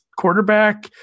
quarterback